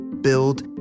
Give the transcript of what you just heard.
build